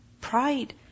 Pride